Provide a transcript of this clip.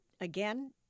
again